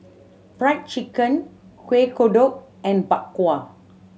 Fried Chicken Kueh Kodok and Bak Kwa